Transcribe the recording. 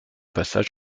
passages